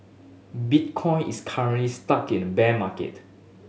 bitcoin is currently stuck in a bear market